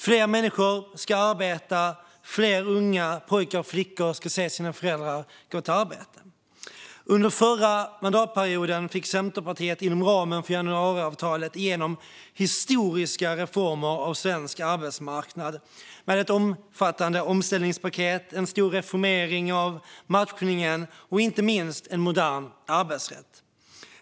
Fler människor ska arbeta; fler unga pojkar och flickor ska se sina föräldrar gå till arbetet. Under förra mandatperioden fick Centerpartiet inom ramen för januariavtalet igenom historiska reformer av svensk arbetsmarknad, med ett omfattande omställningspaket, en stor reformering av matchningen och inte minst en modern arbetsrätt.